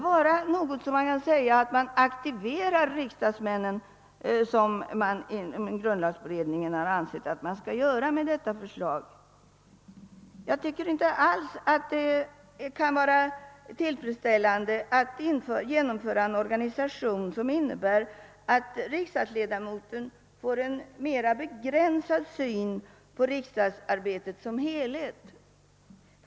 Visserligen får kanske riksdagsledamöterna en mindre arbetsbörda därför att de kan specialisera sig på ett visst område, men är det tillfredsställande att det införs en organisation som innebär att den enskilda riksdagsledamoten får en mera begränsad syn på riksdagsarbetet som helhet?